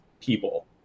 people